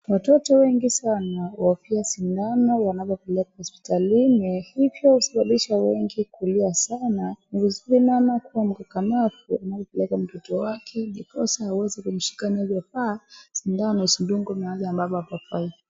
Watoto wengi sana ofia sindano wanapopelekwa hospitalini na hivo husababisha wengi kulia sana ni vizuri mama kuwa mkakamavu anapopeleka mtoto wake ndiposa hawezi kumshika mwili paa sindano asidungwe mahali ambapo hapafai.